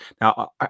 Now